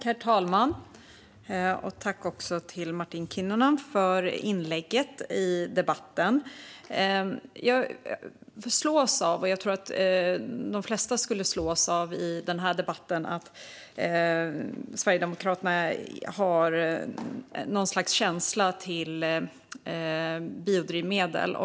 Herr talman! Tack till Martin Kinnunen för inlägget i debatten! I debatten slås jag av - och jag tror att de flesta slås av det - att Sverigedemokraterna har något slags känsla relaterad till biodrivmedel.